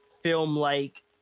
film-like